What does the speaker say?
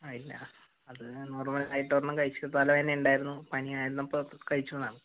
ആഹ് ഇല്ല അത് നോർമലായിട്ട് ഒരെണ്ണം കഴിച്ചു തലവേദന ഉണ്ടായിരുന്നു പനി ആയിരുന്നപ്പോൾ കഴിച്ചതാണ്